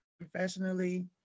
professionally